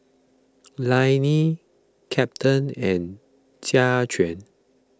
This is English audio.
Lainey Captain and Jaquan